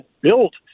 built